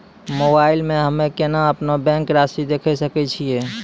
Mobile मे हम्मय केना अपनो बैंक रासि देखय सकय छियै?